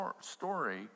story